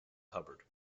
hubbard